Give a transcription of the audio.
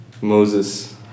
Moses